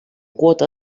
quota